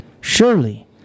Surely